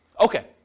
Okay